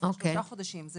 לפני שלושה חודשים, זה